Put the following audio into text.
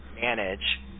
manage